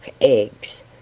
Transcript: eggs